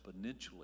exponentially